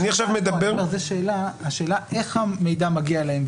אני עכשיו מדבר --- השאלה איך המידע מגיע אליהם,